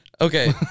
Okay